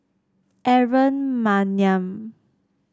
Aaron Maniam